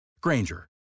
Granger